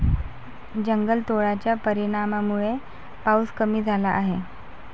जंगलतोडाच्या परिणामामुळे पाऊस कमी झाला आहे